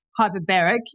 hyperbaric